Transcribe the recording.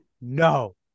no